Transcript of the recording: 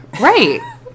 Right